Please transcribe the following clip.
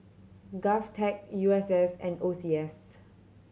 GovTech U S S and O C S